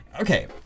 Okay